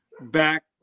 back